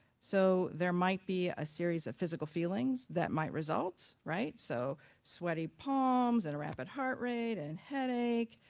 so there might be a series of physical feelings that might result, right, so sweaty palms, and rapid heart rate, and headache,